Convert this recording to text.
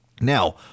Now